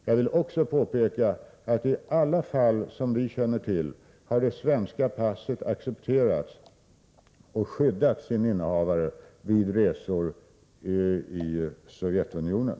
Jag vill också påpeka att i alla de fall som vi känner till har det svenska passet accepterats och skyddat innehavaren vid resor i Sovjetunionen.